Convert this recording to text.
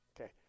Okay